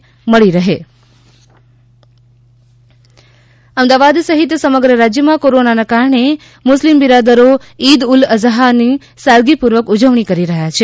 બકરી ઇદની ઉજવણી અમદાવાદ સહિત સમગ્ર રાજ્યમાં કોરોનાને કારણે મુસ્લિમ બિરદારો ઇદ ઉલ અઝા સાદગીપૂર્વક ઉજવણી કરી રહ્યાં છે